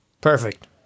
Perfect